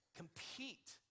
compete